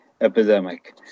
epidemic